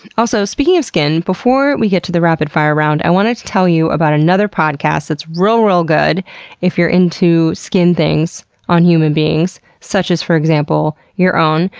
also, speaking skin, before we get to the rapid-fire round, i wanted to tell you about another podcast that's real, real good if you're into skin things on human beings, such as for example your own.